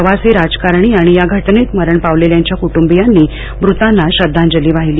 प्रवासी राजकारणी आणि या घटनेत मरण पावलेल्यांच्या कुटुंबियांनी मृतांना श्रध्दांजली वाहिली